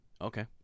Okay